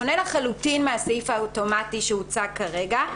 שונה לחלוטין מהסעיף האוטומטי שהוצע כרגע,